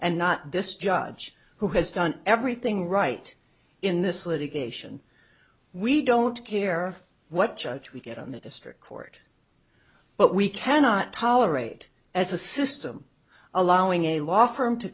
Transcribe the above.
and not this judge who has done everything right in this litigation we don't care what judge we get on the district court but we cannot tolerate as a system allowing a law firm to